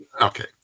okay